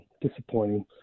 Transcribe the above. disappointing